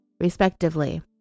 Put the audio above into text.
respectively